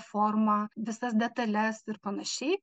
formą visas detales ir panašiai